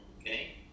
okay